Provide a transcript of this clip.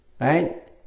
Right